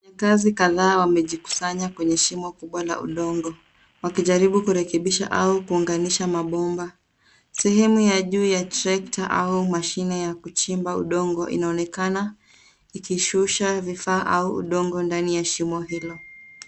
Wafanyikazi kadhaa wamejikusanya kwenye shimo kubwa la udongo wakijaribu kurekebisha au kuunganisha mabomba. Sehemu ya juu ya trekta au mashine ya kuchimba udongo inaonekana ikishusha vifaa au udongo ndani ya shimo hilo.